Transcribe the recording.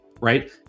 Right